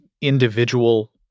individual